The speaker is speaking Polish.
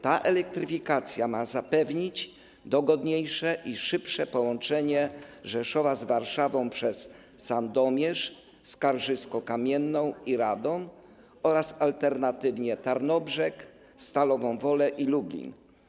Ta elektryfikacja ma zapewnić dogodniejsze i szybsze połączenie Rzeszowa z Warszawą przez Sandomierz, Skarżysko-Kamienną i Radom oraz alternatywnie Tarnobrzeg, Stalową Wolę i Lublin.